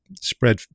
spread